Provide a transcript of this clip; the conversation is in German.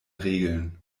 regeln